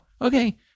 okay